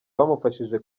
abamufashije